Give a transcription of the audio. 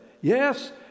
Yes